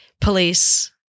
Police –